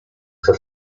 for